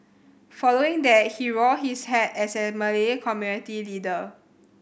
following that he wore his hat as a Malay community leader